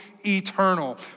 eternal